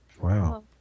Wow